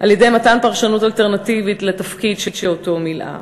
על-ידי מתן פרשנות אלטרנטיבית לתפקיד שמילאה,